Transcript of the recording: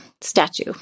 statue